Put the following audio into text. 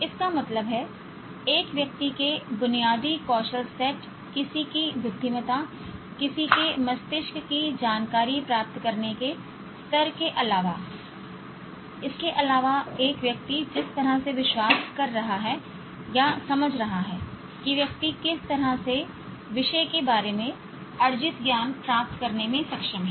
इसका मतलब है एक व्यक्ति के बुनियादी कौशल सेट किसी की बुद्धिमत्ता किसी के मस्तिष्क की जानकारी प्राप्त करने के स्तर के अलावा इसके अलावा एक व्यक्ति जिस तरह से विश्वास कर रहा है या समझ रहा है कि व्यक्ति किस तरह से विषय के बारे में अर्जित ज्ञान प्राप्त करने में सक्षम है